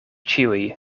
ĉiuj